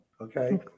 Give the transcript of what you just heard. okay